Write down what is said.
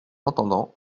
entendant